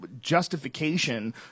justification